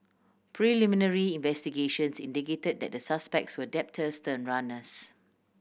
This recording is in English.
preliminary investigations indicated that the suspects were debtors turn runners